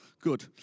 Good